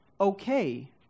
okay